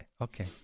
Okay